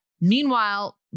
meanwhile